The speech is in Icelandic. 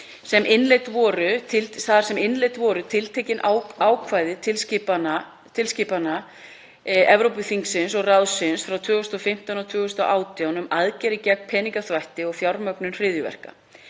sem innleidd voru tiltekin ákvæði tilskipana Evrópuþingsins og ráðsins frá 2015 og 2018 um aðgerðir gegn peningaþvætti og fjármögnun hryðjuverka.